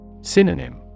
Synonym